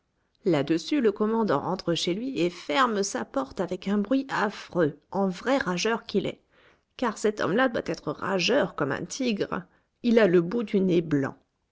là-dessus le commandant rentre chez lui et ferme sa porte avec un bruit affreux en vrai rageur qu'il est car cet homme-là doit être rageur comme un tigre il a le bout du nez blanc